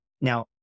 Now